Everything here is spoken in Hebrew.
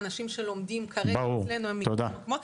האנשים שלומדים כרגע אצלנו הם מכל מיני מקומות.